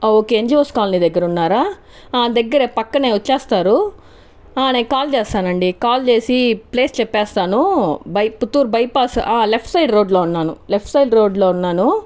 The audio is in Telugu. ఓకే ఎన్జిఓస్ కాలనీ దగ్గరున్నారా దగ్గరే ప్రక్కనే వచ్చేస్తారు నేను కాల్ చేస్తాను అండి కాల్ చేసి ప్లేస్ చెప్పేస్తాను by Puttur bypass left side రోడ్లో ఉన్నాను లెఫ్ట్ సైడ్ రోడ్లో ఉన్నాను